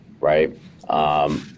right